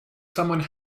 someone